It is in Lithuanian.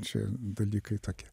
čia dalykai tokie